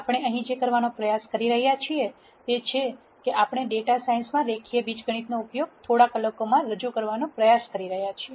આપણે અહીં જે કરવાનો પ્રયાસ કરી રહ્યા છીએ તે છે કે આપણે ડેટા સાયન્સમાં રેખીય બીજગણિતનો ઉપયોગ થોડા કલાકોમાં રજૂ કરવાનો પ્રયાસ કરી રહ્યા છીએ